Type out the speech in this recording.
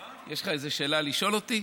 כן.